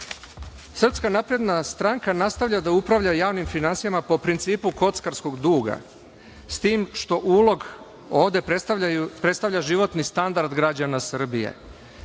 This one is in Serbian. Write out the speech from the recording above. Srpska napredna stranka nastavlja da upravlja javnim finansijama po principu kockarskog duga, s tim što ulog ovde predstavlja životni standard građana Srbije.